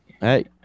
Hey